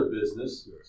business